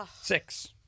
Six